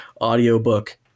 audiobook